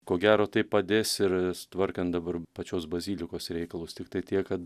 ko gero tai padės ir tvarkant dabar pačios bazilikos reikalus tiktai tiek kad